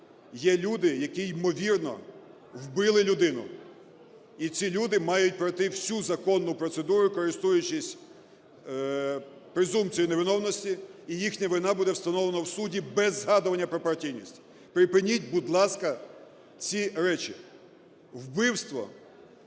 є люди, які ймовірно вбили людину. І ці люди мають пройти всю законну процедуру, користуючись презумпцієюневиновності, і їхня вина буде встановлена в суді без згадування про партійність. Припиніть, будь ласка, ці речі. Вбивство